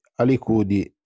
Alicudi